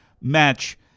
match